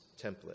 template